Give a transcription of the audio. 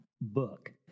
book